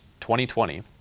2020